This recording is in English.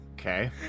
Okay